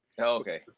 okay